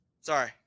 Sorry